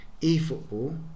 e-football